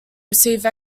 receive